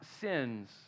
sins